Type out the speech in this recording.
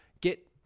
get